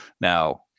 Now